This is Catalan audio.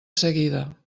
seguida